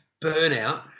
burnout